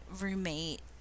roommate